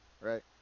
right